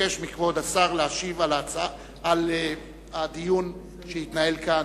מבקש מכבוד השר להשיב על הדיון שהתנהל כאן,